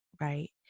right